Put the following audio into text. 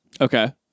Okay